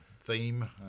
theme